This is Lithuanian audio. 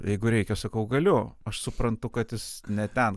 jeigu reikia sakau galiu aš suprantu kad jis ne ten